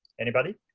anybody?